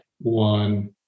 one